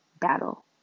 battle